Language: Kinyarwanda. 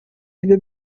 aribyo